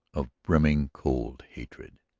of brimming, cold hatred.